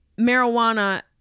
marijuana